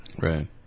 Right